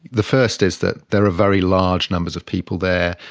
the first is that there are very large numbers of people there.